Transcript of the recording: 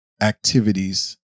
activities